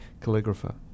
calligrapher